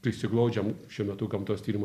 prisiglaudžiam šiuo metu gamtos tyrimų